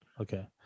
Okay